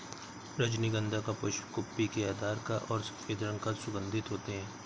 रजनीगंधा का पुष्प कुप्पी के आकार का और सफेद रंग का सुगन्धित होते हैं